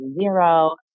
zero